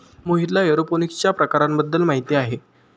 मोहितला एरोपोनिक्सच्या प्रकारांबद्दल माहिती आहे